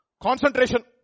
Concentration